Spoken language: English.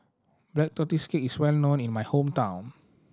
Black Tortoise Cake is well known in my hometown